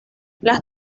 las